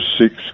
six